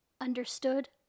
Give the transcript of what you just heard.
Understood